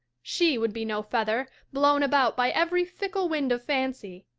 she would be no feather, blown about by every fickle wind of fancy.